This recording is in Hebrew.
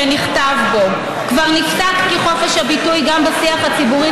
שנכתב בו: כבר נפסק כי חופש הביטוי גם בשיח הציבורי